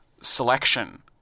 selection